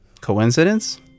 coincidence